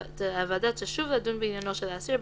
הוועדה תשוב לדון בעניינו של האסיר,